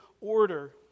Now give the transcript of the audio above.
order